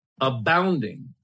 abounding